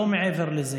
לא מעבר לזה.